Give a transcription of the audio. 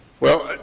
well,